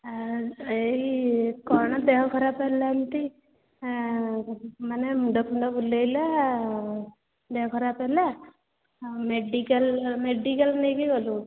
ଏହି କ'ଣ ଦେହ ଖରାଫ ହେଲା ଏମିତି ମାନେ ମୁଣ୍ଡ ଫୁଣ୍ଡ ବୁଲାଇଲା ଦେହ ଖରାପ ହେଲା ଆଉ ମେଡ଼ିକାଲ ମେଡ଼ିକାଲ ନେଇକି ଗଲୁ